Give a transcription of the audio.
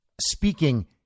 speaking